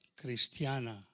cristiana